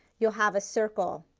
you will have a circle.